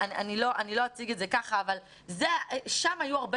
אני לא אציג את זה כך אבל שם היו הרבה